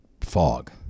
fog